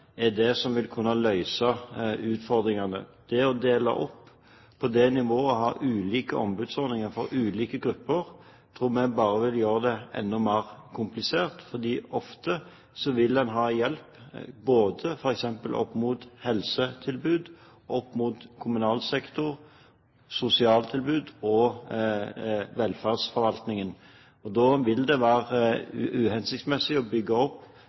er det som vil kunne løse utfordringene. Det å dele opp på det nivået og ha ulike ombudsordninger for ulike grupper, tror vi bare vil gjøre det enda mer komplisert, for ofte vil en ha hjelp både f.eks. opp mot helsetilbud, opp mot kommunal sektor, sosialtilbud og velferdsforvaltningen. Og da vil det være uhensiktsmessig å bygge opp